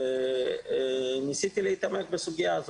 ניסיתי להתעמק בסוגיה.